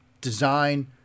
design